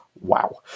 wow